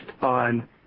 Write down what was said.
on